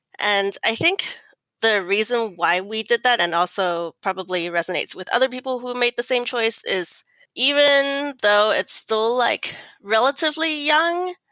and i think the reason why we did that and also probably resonates with other people who made the same choice is even though it's still like relatively young,